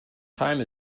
time